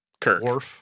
Kirk